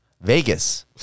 Vegas